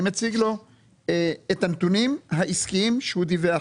אני מציג לו את הנתונים העסקיים שהוא דיווח